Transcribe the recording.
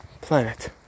planet